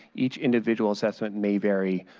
each individual assessment may vary